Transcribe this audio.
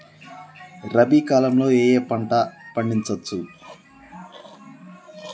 రబీ కాలంలో ఏ ఏ పంట పండించచ్చు?